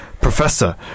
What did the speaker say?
professor